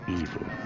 evil